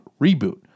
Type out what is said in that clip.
Reboot